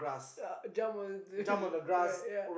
jump on the right yeah